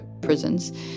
prisons